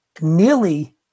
nearly